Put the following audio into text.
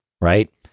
right